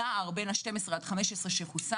הנער בן ה-12 עד 15 שחוסן,